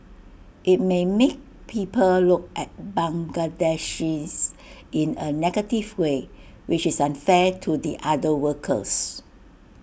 IT may make people look at Bangladeshis in A negative way which is unfair to the other workers